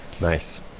Nice